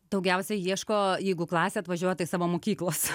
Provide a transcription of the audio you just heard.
daugiausiai ieško jeigu klasė atvažiuota tai savo mokyklos